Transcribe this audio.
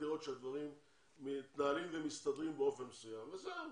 לראות שהדברים מתנהלים ומסתדרים באופן מסוים וזהו,